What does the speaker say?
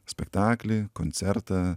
spektaklį koncertą